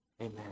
Amen